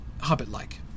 hobbit-like